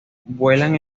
vuelan